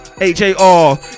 h-a-r